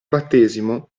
battesimo